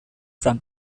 from